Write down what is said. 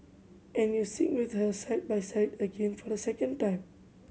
and you sing with her side by side again for the second time